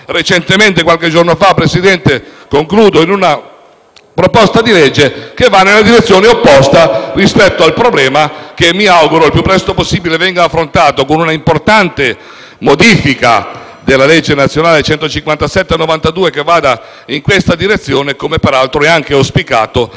proposta di legge che va nella direzione opposta rispetto al problema, che mi auguro al più presto possibile venga affrontato con una importante modifica della legge nazionale n. 157 del 1992 che vada in questa direzione, come peraltro auspicato anche dall'ordine del giorno presentato dal relatore Vallardi.